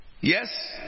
Yes